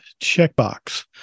checkbox